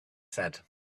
said